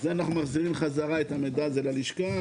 אנחנו מחזירים בחזרה את המידע הזה ללשכה,